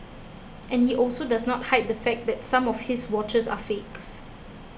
and he also does not hide the fact that some of his watches are fakes